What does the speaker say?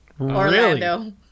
Orlando